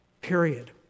Period